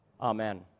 Amen